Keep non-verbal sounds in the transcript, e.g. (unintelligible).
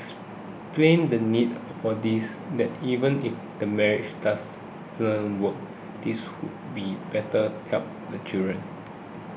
(unintelligible) the need for this that even if the marriage doesn't work this could be better help the child